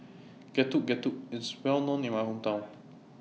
Getuk Getuk IS Well known in My Hometown